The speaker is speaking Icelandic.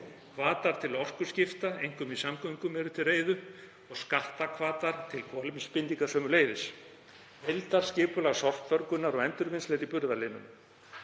Hvatar til orkuskipta, einkum í samgöngum, eru til reiðu og skattahvatar til kolefnisbindingar sömuleiðis. Heildarskipulag sorpförgunar og endurvinnslu er í burðarliðnum.